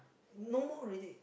no more already